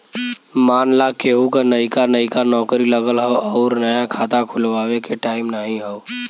मान ला केहू क नइका नइका नौकरी लगल हौ अउर नया खाता खुल्वावे के टाइम नाही हौ